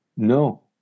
No